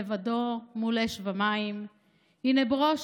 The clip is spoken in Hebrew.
לבדו / מול אש ומים / הינה ברוש,